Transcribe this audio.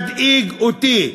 מדאיג אותי.